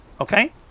Okay